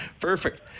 Perfect